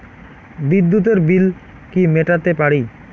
বিদ্যুতের বিল কি মেটাতে পারি?